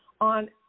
on